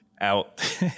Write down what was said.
out